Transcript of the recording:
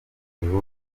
igihugu